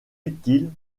utile